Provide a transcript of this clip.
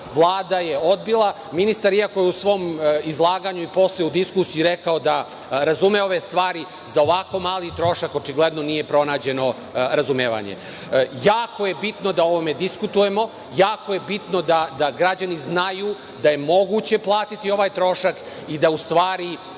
Vlada je odbila. Ministar je, iako u svom izlaganju i posle u diskusiji rekao da razume ove stvari, za ovako mali trošak očigledno nije pronađeno razumevanje. Jako je bitno da o ovome diskutujemo, jako je bitno da građani znaju da je moguće platiti ovaj trošak i da u stvari,